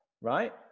right